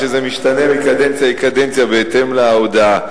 שזה משתנה מקדנציה לקדנציה בהתאם להודעה.